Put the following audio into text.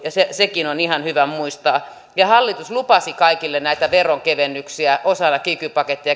ja sekin on ihan hyvä muistaa hallitus lupasi kaikille ketkä ovat töissä näitä veronkevennyksiä osana kiky pakettia